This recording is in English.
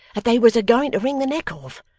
that they was agoin' to wring the neck of!